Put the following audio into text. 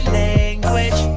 language